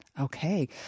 Okay